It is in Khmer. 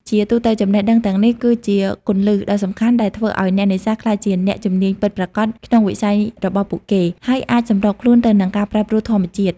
ជាទូទៅ ចំណេះដឹងទាំងនេះគឺជាគន្លឹះដ៏សំខាន់ដែលធ្វើឱ្យអ្នកនេសាទក្លាយជាអ្នកជំនាញពិតប្រាកដក្នុងវិស័យរបស់ពួកគេ ហើយអាចសម្របខ្លួនទៅនឹងការប្រែប្រួលធម្មជាតិ។